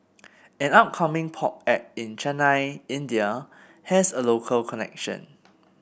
an upcoming pop act in Chennai India has a local connection